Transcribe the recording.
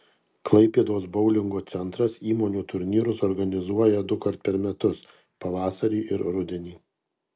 klaipėdos boulingo centras įmonių turnyrus organizuoja dukart per metus pavasarį ir rudenį